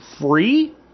free